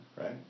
right